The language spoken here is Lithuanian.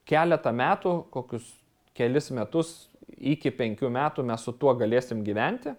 keletą metų kokius kelis metus iki penkių metų mes su tuo galėsim gyventi